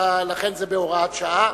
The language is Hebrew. לכן זה בהוראת שעה.